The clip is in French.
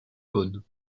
cônes